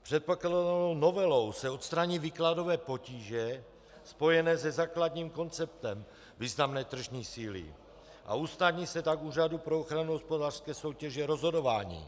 Předkládanou novelou se odstraní výkladové potíže spojené se základním konceptem významné tržní síly a usnadní se tak Úřadu pro ochranu hospodářské soutěže rozhodování.